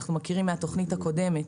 אנחנו מכירים מהתכנית הקודמת